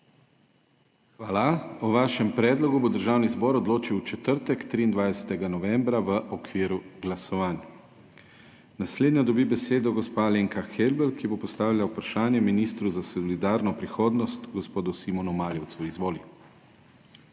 Hvala. O vašem predlogu bo Državni zbor odločil v četrtek, 23. novembra, v okviru glasovanj. Naslednja dobi besedo gospa Alenka Helbl, ki bo postavila vprašanje ministru za solidarno prihodnost, gospodu Simonu Maljevcu. Izvoli.